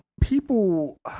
people